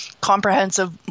comprehensive